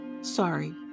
Sorry